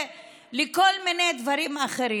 ולכל מיני דברים אחרים.